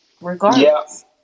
Regardless